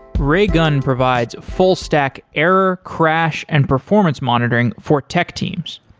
raygun provides full stack error crash and performance monitoring for tech teams.